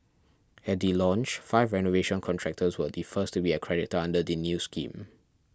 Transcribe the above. at the launch five renovation contractors were the first to be accredited under the new scheme